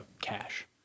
cash